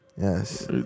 Yes